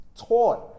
taught